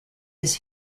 his